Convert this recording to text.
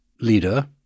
leader